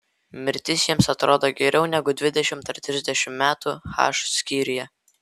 mirtis jiems atrodo geriau negu dvidešimt ar trisdešimt metų h skyriuje